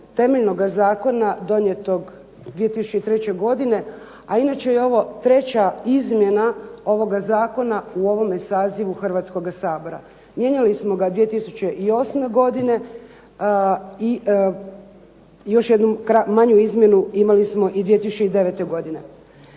temeljnog zakona donijetog 2003. godine, a inače je ovo treća izmjena ovoga zakona u ovome sazivu Hrvatskoga sabora. Mijenjali smo ga 2008. godine i još jednu manju izmjenu imali smo i 2009. godine.